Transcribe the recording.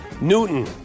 Newton